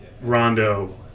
Rondo